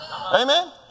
Amen